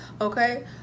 Okay